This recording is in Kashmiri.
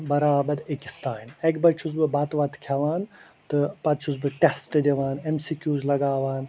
برابد أکِس تانۍ اَکہِ بجہِ چھُس بہٕ بتہٕ وتہٕ کھٮ۪وان تہٕ پتہٕ چھُس بہٕ ٹٮ۪سٹ دِوان اٮ۪م سی کیوز لاگاوان